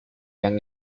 han